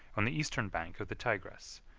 on the eastern bank of the tigris,